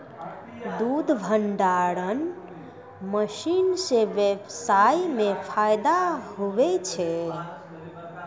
दुध भंडारण मशीन से व्यबसाय मे फैदा हुवै छै